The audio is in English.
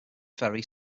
ferry